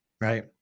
Right